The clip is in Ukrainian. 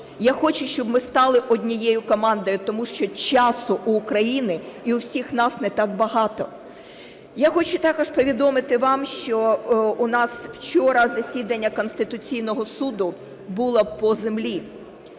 Я хочу, щоб ми стали однією командою тому що часу у України і у всіх нас не так багато. Я хочу також повідомити вам, що у нас вчора засідання Конституційного Суду було по землі.